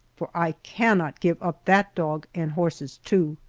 for i cannot give up that dog and horses, too.